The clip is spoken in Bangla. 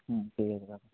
হুম ঠিক আছে রাখো